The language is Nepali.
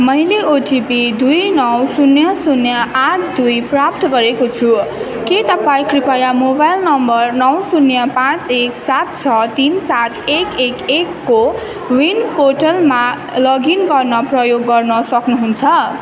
मैले ओटिपी दुई नौ शून्य शून्य आठ दुई प्राप्त गरेको छु के तपाईँ कृपया मोबाइल नम्बर नौ शून्य पाँच एक सात छ तिन सात एक एक एक को विन पोर्टलमा लगइन गर्न प्रयोग गर्न सक्नुहुन्छ